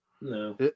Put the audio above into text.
No